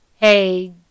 Hey